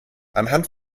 anhand